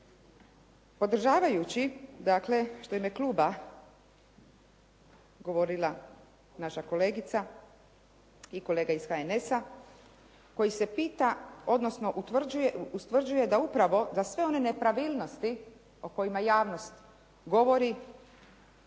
Podržavajući dakle što je u ime kluba govorila naša kolegica i kolega iz HNS-a koji se pita odnosno ustvrđuje da upravo sve one nepravilnosti o kojima javnost govori